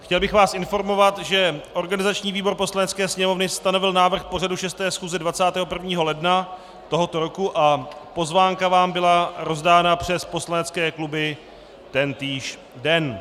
Chtěl bych vás informovat, že organizační výbor Poslanecké sněmovny stanovil návrh pořadu 6. schůze 21. ledna tohoto roku a pozvánka vám byla rozdána přes poslanecké kluby tentýž den.